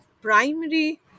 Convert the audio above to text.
primary